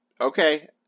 okay